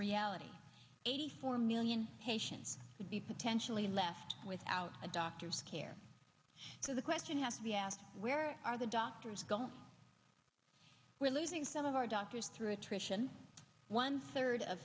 reality eighty four million patients could be potentially left without a doctor's care because the question has to be asked where are the doctors gone we're losing some of our doctors through attrition one third of